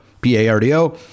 P-A-R-D-O